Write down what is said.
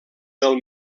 del